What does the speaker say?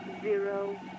zero